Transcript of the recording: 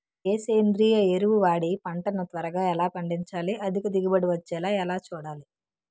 ఏ సేంద్రీయ ఎరువు వాడి పంట ని త్వరగా ఎలా పండించాలి? అధిక దిగుబడి వచ్చేలా ఎలా చూడాలి?